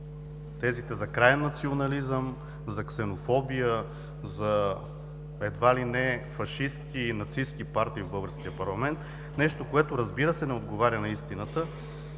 тезите за краен национализъм, за ксенофобия, за едва ли не фашистки и нацистки партии в българския парламент, нещо което, разбира се, не отговаря на истината.